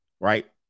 Right